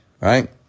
right